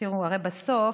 תראו, הרי בסוף,